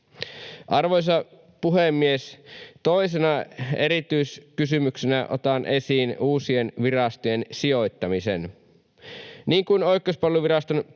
Arvoisa puhemies! Toisena erityiskysymyksenä otan esiin uusien virastojen sijoittamisen. Niin kuin Oikeuspalveluviraston perustamista